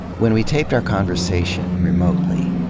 when we taped our conversation, remotely,